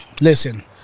Listen